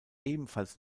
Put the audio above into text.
ebenfalls